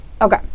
Okay